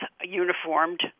uniformed